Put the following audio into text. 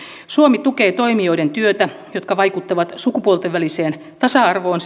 suomi tukee toimijoiden työtä jotka vaikuttavat sukupuolten väliseen tasa arvoon